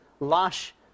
lush